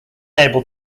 able